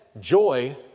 joy